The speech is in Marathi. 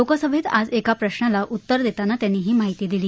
लोकसभेत आज एका प्रश्नाला उत्तर देताना त्यांनी ही माहिती दिली